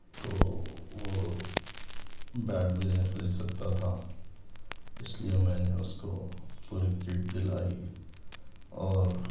تو وہ بیٹ بھی نہیں خرید سکتا تھا اس لئے میں نے اس کو پوری کٹ دلائی اور